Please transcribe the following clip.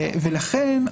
ולכן,